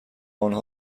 انها